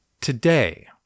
Today